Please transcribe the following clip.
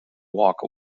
walk